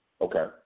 Okay